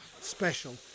special